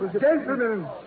Gentlemen